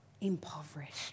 Impoverished